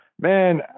man